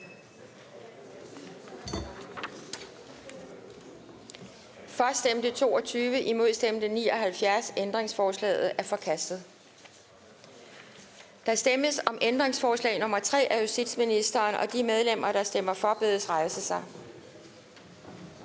for eller imod stemte 0. Ændringsforslaget er vedtaget. Der stemmes om ændringsforslag nr. 2 af Martin Henriksen (DF). De medlemmer, der stemmer for, bedes rejse sig.